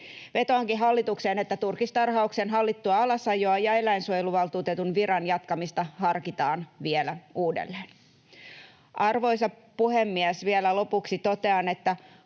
Vetoankin hallitukseen, että turkistarhauksen hallittua alasajoa ja eläinsuojeluvaltuutetun viran jatkamista harkitaan vielä uudelleen. Arvoisa puhemies! Vielä lopuksi totean, että